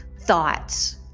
thoughts